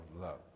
love